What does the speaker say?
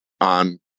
on